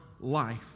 life